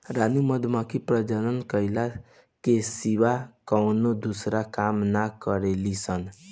रानी मधुमक्खी प्रजनन कईला के सिवा कवनो दूसर काम ना करेली सन